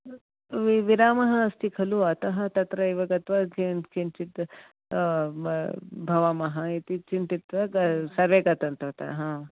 वि विरामः अस्ति खलु अतः तत्र एव गत्वा किञ्चित् भवामः इति चिन्तित्वासर्वे गतवन्तः हा